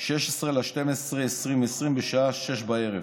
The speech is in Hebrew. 16 בדצמבר 2020 בשעה 18:00,